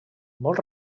molt